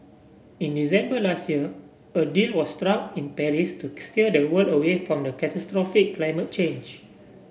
in December last year a deal was struck in Paris to steer the world away from catastrophic climate change